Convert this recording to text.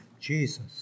Jesus